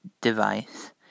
Device